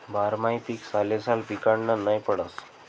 बारमाही पीक सालेसाल पिकाडनं नै पडस